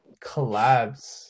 collabs